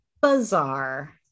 bizarre